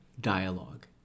dialogue